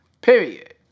Period